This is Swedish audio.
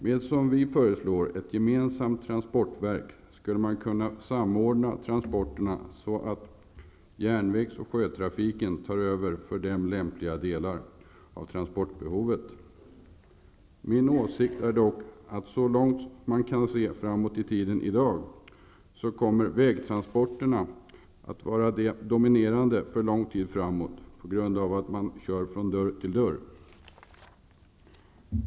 Med ett gemensamt transportverk, som vi föreslår, skulle man kunna samordna transporterna så att järnvägs och sjötrafiken tar över för dem lämpliga delar av transportbehovet. Min åsikt är dock att så långt man kan se framåt i tiden i dag kommer vägtransporterna att vara det dominerande för lång tid på grund av att man kör från dörr till dörr.